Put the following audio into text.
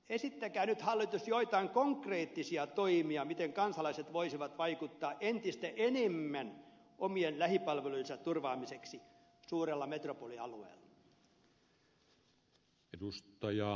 esittäkää nyt hallitus joitain konkreettisia toimia miten kansalaiset voisivat vaikuttaa entistä enemmän omien lähipalvelujensa turvaamiseksi suurella metropolialueella